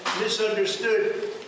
misunderstood